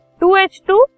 2H2